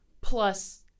plus